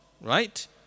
Right